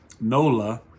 Nola